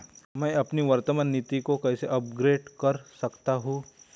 मैं अपनी वर्तमान नीति को कैसे अपग्रेड कर सकता हूँ?